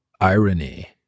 irony